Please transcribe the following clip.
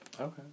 Okay